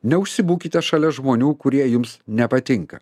neužsibūkite šalia žmonių kurie jums nepatinka